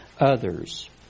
others